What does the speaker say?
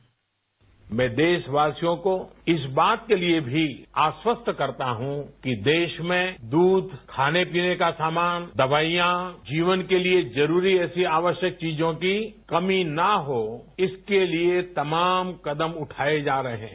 bite मैं देशवासियों को इस बात के लिये भी आश्वस्त करता हूं कि देश में दूध खानेपीने का सामान दवाईयां जीवन के लिये जरूरी आवश्यक चीजों की कमी ना हो इसके लिये तमाम कदम उठाये जा रहे हैं